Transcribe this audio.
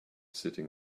sitting